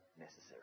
necessary